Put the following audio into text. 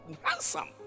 Handsome